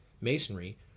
Masonry